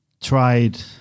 tried